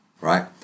right